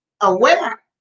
aware